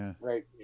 right